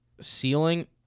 ceiling